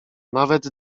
nawet